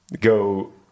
go